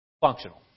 Functional